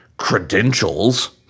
Credentials